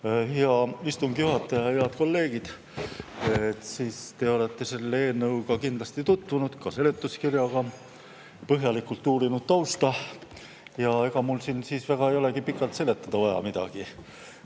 hea istungi juhataja! Head kolleegid! Te olete selle eelnõuga kindlasti tutvunud, ka seletuskirjaga, põhjalikult uurinud tausta. Ega mul siin siis väga ei olegi vaja pikalt midagi